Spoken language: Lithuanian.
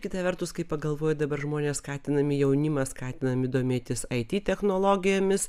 kita vertus kai pagalvoju dabar žmonės skatinami jaunimas skatinami domėtis ai tį technologijomis